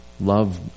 love